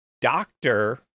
doctor